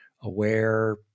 aware